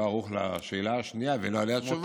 ערוך לשאלה השנייה ואין לו עליה תשובה,